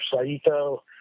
Saito